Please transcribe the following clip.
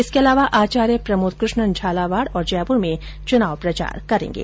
इसके अलावा आचार्य प्रमोद कृष्णन झालावाड और जयपुर में चुनाव प्रचार करेंगे